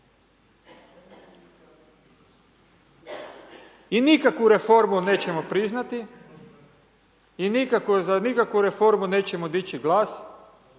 I nikakvu reformu nećemo priznati i nikakvu reformu nećemo dići glas